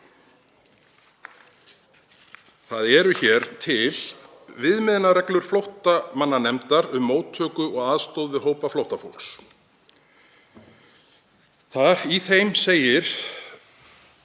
Það eru til viðmiðunarreglur flóttamannanefndar um móttöku og aðstoð við hópa flóttafólks. Í þeim segir,